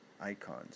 icons